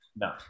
No